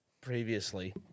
previously